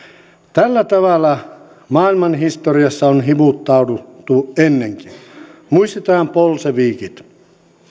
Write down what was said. tällä tavalla maailmanhistoriassa on hivuttauduttu ennenkin muistetaan bolsevikit